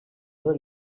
del